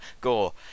Gore